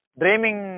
dreaming